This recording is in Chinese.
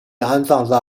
安葬